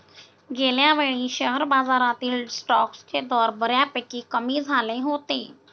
गेल्यावेळी शेअर बाजारातील स्टॉक्सचे दर बऱ्यापैकी कमी झाले होते